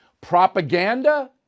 Propaganda